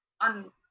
on